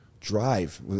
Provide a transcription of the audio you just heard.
drive